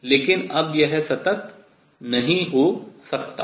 लेकिन अब यह सतत नहीं हो सकता है